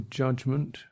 judgment